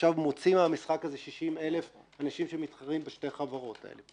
ועכשיו מוציאים מהמשחק הזה 60,000 אנשים שמתחרים בשתי החברות האלה,